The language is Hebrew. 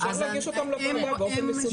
ואפשר להגיש אותם לוועדה באופן מסודר.